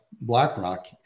BlackRock